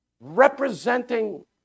representing